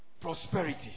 prosperity